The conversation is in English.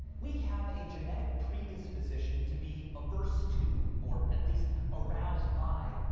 we have a genetic predisposition to be averse to, or at least aroused by,